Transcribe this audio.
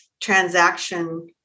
transaction